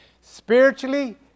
Spiritually